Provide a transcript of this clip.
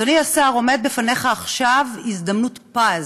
אדוני השר, עומדת בפניך עכשיו הזדמנות פז.